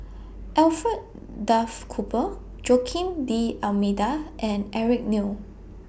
Alfred Duff Cooper Joaquim D'almeida and Eric Neo